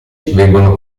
vengono